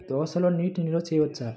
దోసలో నీటి నిల్వ చేయవచ్చా?